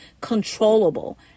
controllable